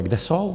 Kde jsou?